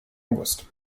august